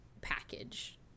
package